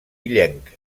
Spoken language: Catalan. illenc